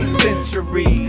century